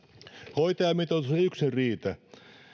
hoitajamitoitus ei yksin riitä